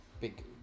big